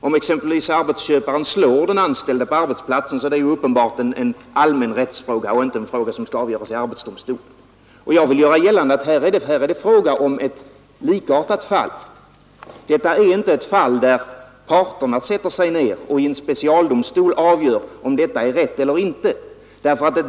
Om exempelvis arbetsköparen slår den anställde på arbetsplatsen, är det uppenbart en allmän rättsfråga och inte en fråga som skall avgöras i arbetsdomstol. Och jag vill göra gällande att det här är fråga om ett likartat fall. Det är inte ett fall där parterna i en specialdomstol avgör om förfarandet är riktigt eller inte.